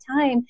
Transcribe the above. time